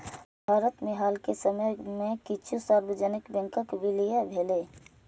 भारत मे हाल के समय मे किछु सार्वजनिक बैंकक विलय भेलैए